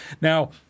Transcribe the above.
Now